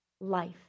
life